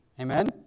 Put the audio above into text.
Amen